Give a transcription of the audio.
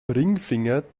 ringfinger